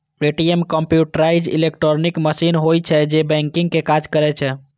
ATM computerised electronic machine होइ छै, जे बैंकिंग के काज करै छै